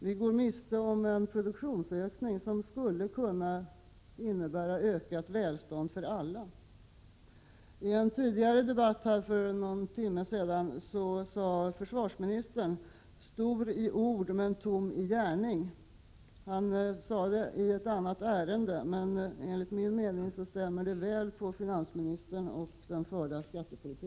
Vi går miste om en produktionsökning som skulle kunna medföra ökat välstånd för alla. I en tidigare debatt i dag använde försvarsministern uttrycket ”stor i ord men tom i gärning”. Det gällde ett annat ärende, men enligt min mening stämmer detta uttryck väl in på finansministern och den förda skattepolitiken.